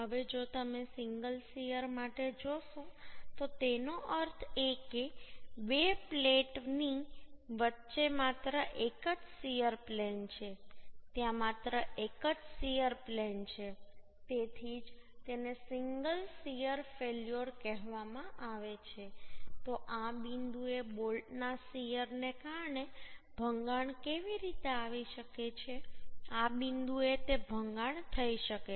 હવે જો તમે સિંગલ શીયર માટે જોશો તો તેનો અર્થ એ કે બે પ્લેટની વચ્ચે માત્ર એક જ શીયર પ્લેન છે ત્યાં માત્ર એક જ શીયર પ્લેન છે તેથી જ તેને સિંગલ શીયર ફેલ્યોર કહેવામાં આવે છે તો આ બિંદુએ બોલ્ટના શીયરને કારણે ભંગાણ કેવી રીતે આવી શકે છે આ બિંદુએ તે ભંગાણ થઈ શકે છે